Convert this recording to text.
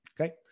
Okay